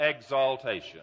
exaltation